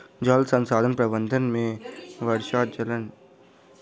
जल संसाधन प्रबंधन मे वर्षा जल संचयन सेहो अबैत अछि